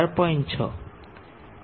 6